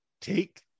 Take